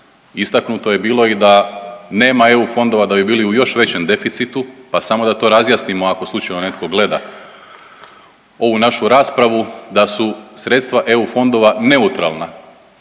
Istaknuto je bilo i da nema EU fondova da bi bili u još većem deficitu, pa samo da to razjasnimo ako slučajno netko gleda ovu našu raspravu da su sredstva EU fondova neutralna